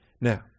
Now